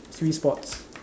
three spots